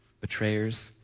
betrayers